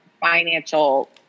financial